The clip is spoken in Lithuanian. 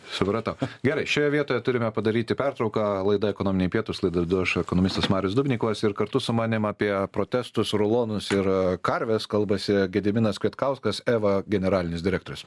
supratau gerai šioje vietoje turime padaryti pertrauką laida ekonominiai pietūs laidą vedu aš ekonomistas marius dubnikovas ir kartu su manim apie protestus rulonus ir karves kalbasi gediminas kvietkauskas eva generalinis direktorius